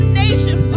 nation